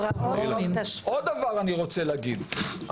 אני רוצה להגיד עוד דבר.